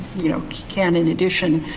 you know can, in addition